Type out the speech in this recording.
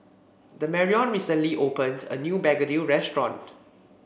Damarion recently opened a new Begedil restaurant